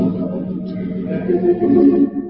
today